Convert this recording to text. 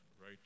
right